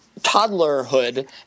toddlerhood